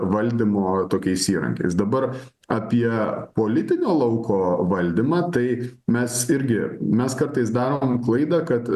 valdymo tokiais įrankiais dabar apie politinio lauko valdymą tai mes irgi mes kartais darom klaidą kad